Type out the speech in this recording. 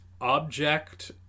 object